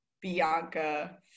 Bianca